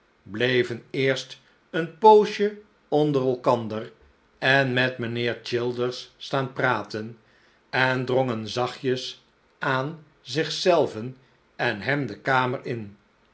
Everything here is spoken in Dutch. bleven eerst een poosje onder elkander en met mijnheer childers staan praten en drongen zachtjes aan zich zelven en hem de kamer in